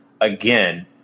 again